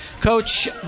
Coach